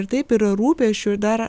ir taip yra rūpesčių ir dar